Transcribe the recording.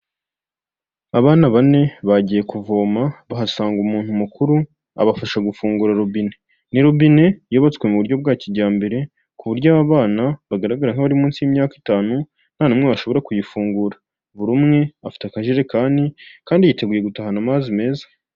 Abana bane bagiye kuvoma bahasanga umuntu mukuru, abafasha gufungura robine, ni rubine yubatswe mu buryo bwa kijyambere ku buryo aba bana bagaragara nk'abari munsi y'imyaka itanu nta n'umwe washobora kuyifungura, buri umwe afite akajerekani kandi yiteguye gutahana amazi meza.